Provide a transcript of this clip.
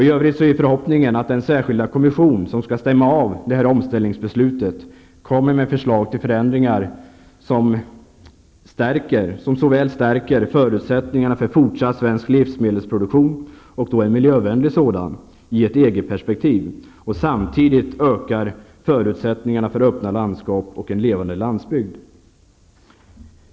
I övrigt är förhoppningen att den särskilda kommission som skall stämma av omställningsbeslutet kommer med förslag till förändringar som stärker förutsättningarna för fortsatt svensk livsmedelsproduktion, en miljövänlig sådan, i ett EG-perspektiv och samtidigt ökar förutsättningarna för öppna landskap och en levande landsbygd.